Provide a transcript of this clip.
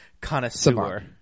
connoisseur